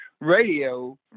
radio